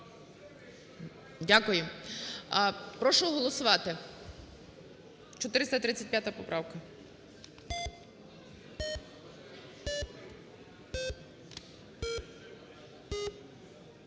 Дякую. Прошу голосувати, 435 поправка.